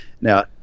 now